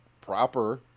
proper